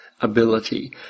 ability